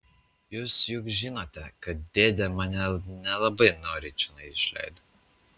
jūs juk žinote kad dėdė mane nelabai noriai čionai išleido